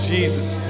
Jesus